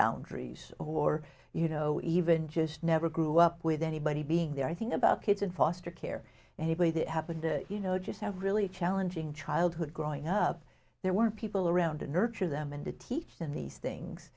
boundaries or you know even just never grew up with anybody being there i think about kids in foster care and anybody that happened you know just have really challenging childhood growing up there were people around and nurture them and to teach them these things